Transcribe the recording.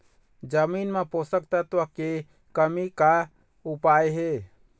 जमीन म पोषकतत्व के कमी का उपाय हे?